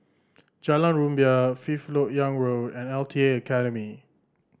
Jalan Rumbia Fifth Lok Yang Road and L T A Academy